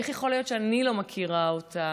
איך יכול להיות שאני לא מכירה אותה?